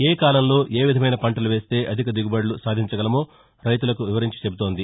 ఏ కాలంలో ఏవిధమైన పంటలు వేస్తే అధిక దిగుబడులు సాధించగలమో రైతులకు వివరించి చెబుతోంది